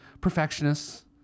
Perfectionists